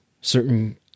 certain